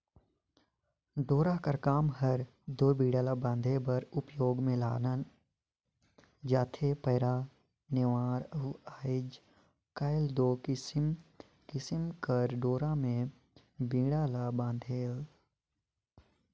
डोरा कर काम हर दो बीड़ा ला बांधे बर उपियोग मे लानल जाथे पैरा, नेवार अउ आएज काएल दो किसिम किसिम कर डोरा मे बीड़ा ल बांधथे